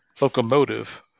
locomotive